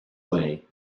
way